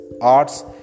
arts